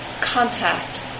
contact